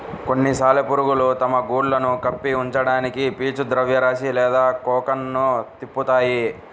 కొన్ని సాలెపురుగులు తమ గుడ్లను కప్పి ఉంచడానికి పీచు ద్రవ్యరాశి లేదా కోకన్ను తిప్పుతాయి